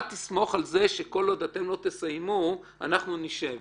אל תסמוך על זה שכל עוד אתם לא תסיימו, אנחנו נשב.